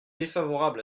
défavorable